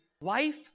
life